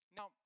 Now